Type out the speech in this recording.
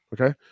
Okay